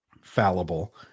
fallible